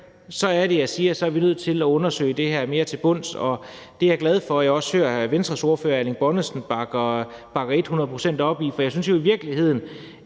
virker, så er vi er nødt til at undersøge det her mere til bunds. Det er jeg glad for at jeg også hører Venstres ordfører, hr. Erling Bonnesen, bakke hundrede procent op om, for jeg synes jo i virkeligheden,